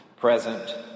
present